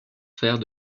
sphères